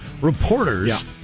reporters